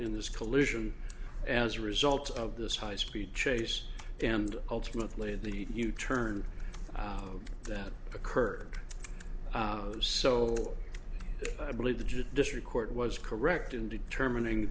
in this collision as a result of this high speed chase and ultimately the u turn that occurred so i believe the district court was correct in determining